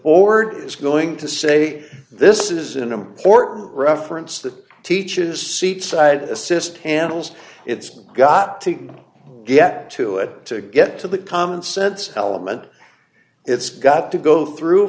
order is going to say this is an important reference that teaches seat side assist handles it's got to get to it to get to the commonsense element it's got to go through